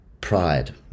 pride